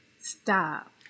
Stop